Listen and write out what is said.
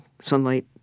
sunlight